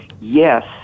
yes